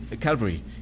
Calvary